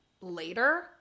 later